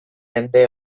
mende